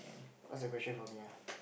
what's the question for me ah